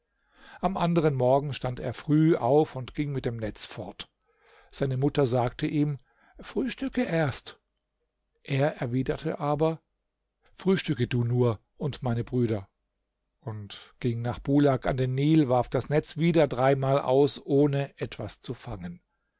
am anderen morgen stand er früh auf und ging mit dem netz fort seine mutter sagte ihm frühstücke zuerst er erwiderte aber frühstücke du nur und meine brüder und ging nach bulak an den nil warf das netz wieder dreimal aus ohne etwas zu fangen